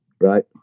right